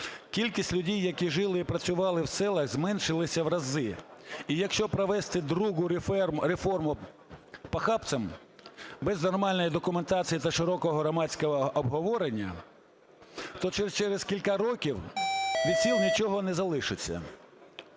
Кількість людей, які жили і працювали в селах, зменшилася в рази. І якщо провести другу реформу похапцем, без нормальної документації та широкого громадського обговорення, то через кілька років від сіл нічого не залишить.